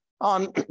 on